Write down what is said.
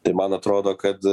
tai man atrodo kad